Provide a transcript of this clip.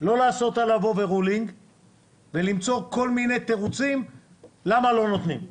לא לעשות עליו overruling ולמצוא כל מיני תירוצים למה לא נותנים.